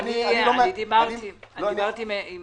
דיברתי עם